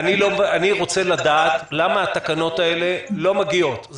אני רוצה לדעת למה התקנות האלה לא מגיעות,